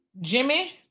Jimmy